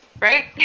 right